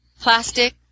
plastic